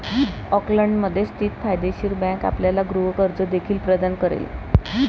ऑकलंडमध्ये स्थित फायदेशीर बँक आपल्याला गृह कर्ज देखील प्रदान करेल